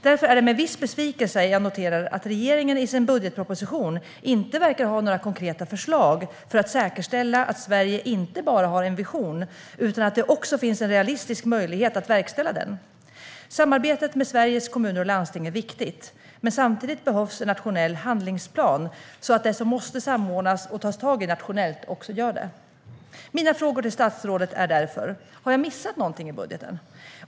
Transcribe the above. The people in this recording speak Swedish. Därför är det med viss besvikelse jag noterar att regeringen i sin budgetproposition inte verkar ha några konkreta förslag för att säkerställa att Sverige inte bara har en vision, utan att det också finns en realistisk möjlighet att verkställa den. Samarbetet med Sveriges Kommuner och Landsting är viktigt, men samtidigt behövs en nationell handlingsplan så att det som måste samordnas och tas tag i nationellt också hanteras på det sättet. Jag vill därför fråga statsrådet: Har jag missat någonting i budgeten?